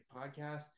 podcast